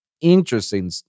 interesting